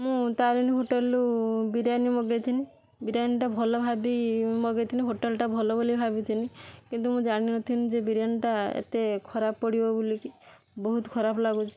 ମୁଁ ତାରିଣୀ ହୋଟେଲରୁ ବିରିୟାନୀ ମଗାଇଥିଲି ବିରିୟାନୀଟା ଭଲ ଭାବି ମଗାଇଥିଲି ହୋଟେଲଟା ଭଲ ବୋଲି ଭାବିଥିଲି କିନ୍ତୁ ମୁଁ ଜାଣିନଥିଲି ଯେ ବିରିୟାନୀଟା ଏତେ ଖରାପ ପଡ଼ିବ ବୋଲିକି ବହୁତ ଖରାପ ଲାଗୁଛି